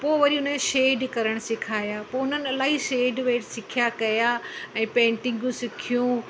पोइ वरी उन जो शेड करणु सिखाया पोइ हुननि इलाही शेड वेड सिखिया कयां ऐं पेंटिंगूं सिखियूं